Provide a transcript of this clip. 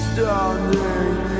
Standing